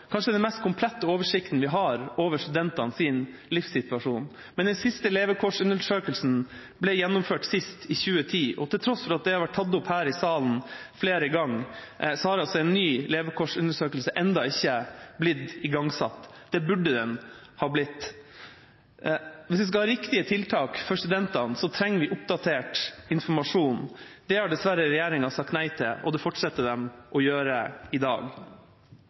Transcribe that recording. kanskje den mest komplette oversikten vi har over studentenes livssituasjon. Men den siste levekårsundersøkelsen ble gjennomført i 2010, og til tross for at det har vært tatt opp her i salen flere ganger, har en ny levekårsundersøkelse ennå ikke blitt igangsatt. Det burde den ha blitt. Hvis vi skal ha riktige tiltak for studentene, trenger vi oppdatert informasjon. Det har dessverre regjeringa sagt nei til, og det fortsetter de å gjøre i dag.